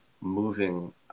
moving